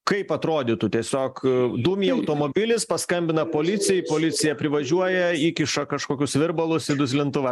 kaip atrodytų tiesiog dūmija automobilis paskambina policijai policija privažiuoja įkiša kažkokius virbalus į duslintuvą